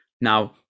now